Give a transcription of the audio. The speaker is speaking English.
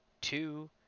two